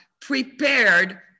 prepared